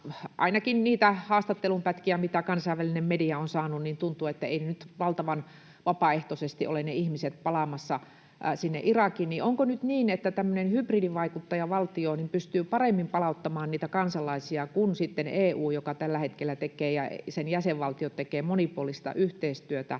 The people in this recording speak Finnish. ainakin niiden haastattelunpätkien perusteella, mitä kansainvälinen media on saanut, tuntuu, että eivät ne ihmiset nyt valtavan vapaaehtoisesti ole palaamassa sinne Irakiin. Onko nyt niin, että tämmöinen hybridivaikuttajavaltio pystyy paremmin palauttamaan niitä kansalaisia kuin sitten EU, joka tällä hetkellä tekee ja sen jäsenvaltiot tekevät monipuolista yhteistyötä